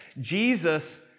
Jesus